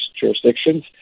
jurisdictions